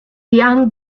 young